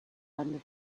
under